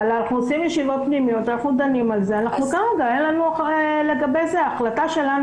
אין לנו גבי החלטה.